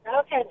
Okay